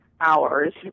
hours